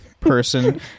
person